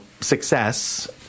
success